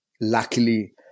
luckily